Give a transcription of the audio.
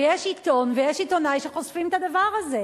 ויש עיתון ויש עיתונאי שחושפים את הדבר הזה.